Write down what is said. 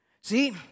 See